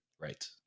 right